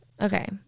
okay